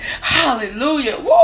Hallelujah